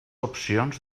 opcions